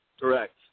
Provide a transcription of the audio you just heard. Correct